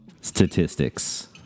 statistics